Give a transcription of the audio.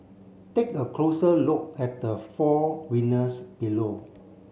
take a closer look at the four winners below